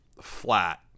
flat